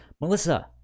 Melissa